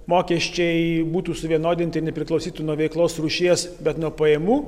mokesčiai būtų suvienodinti nepriklausytų nuo veiklos rūšies bet nuo pajamų